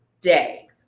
day